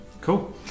Cool